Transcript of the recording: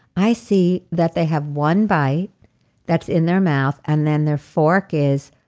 i see that they have one bite that's in their mouth, and then their fork is.